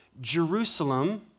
Jerusalem